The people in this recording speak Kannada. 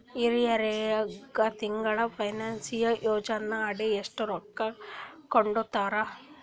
ಹಿರಿಯರಗ ತಿಂಗಳ ಪೀನಷನಯೋಜನ ಅಡಿ ಎಷ್ಟ ರೊಕ್ಕ ಕೊಡತಾರ?